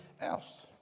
else